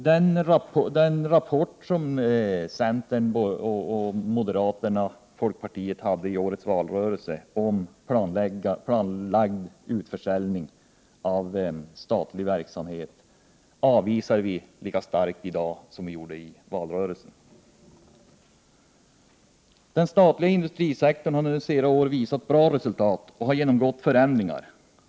Den rapport som centern, moderaterna och folkpartiet redovisade i årets valrörelse om planlagd utförsäljning av statlig verksamhet avvisar vi lika starkt i dag som vi gjorde under valrörelsen. Den statliga industrisektorn har under senare år visat bra resultat och den 114 har genomgått förändringar.